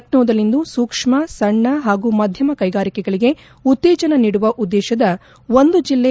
ಲಖ್ಯೋದಲ್ಲಿಂದು ಸೂಕ್ಷ್ಮ ಸಣ್ಣ ಹಾಗೂ ಮಧ್ಯಮ ಕೈಗಾರಿಕೆಗಳಿಗೆ ಉತ್ತೇಜನ ನೀಡುವ ಉದ್ವೇಶದ ಒಂದು ಜಿಲ್ಲೆ